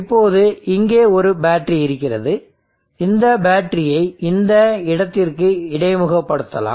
இப்போது இங்கே ஒரு பேட்டரி இருக்கிறது இந்த பேட்டரியை இந்த இடத்திற்கு இடைமுக படுத்தலாம்